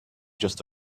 just